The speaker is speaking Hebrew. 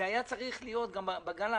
זה היה צריך להיות גם בגל הראשון.